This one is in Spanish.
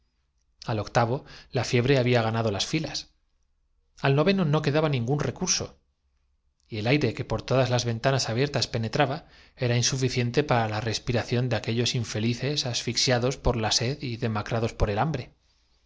la fiebre había ganado las filas al noveno no quedaba piedad murmuró clara estrechando las ma ningún recurso y el aire que por todas las ventanas nos de luís abiertas penetraba era insuficiente para la respiración por última vezintercedió el enamorado capitán de aquellos infelices asfixiados por la sed y demacra dirigiéndose